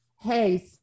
hey